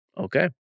Okay